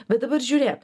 bet dabar žiūrėk